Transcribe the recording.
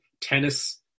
tennis